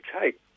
take